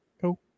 cool